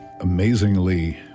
amazingly